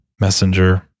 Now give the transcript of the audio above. Messenger